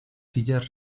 sillas